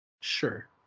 Sure